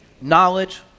knowledge